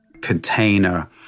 container